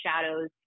shadows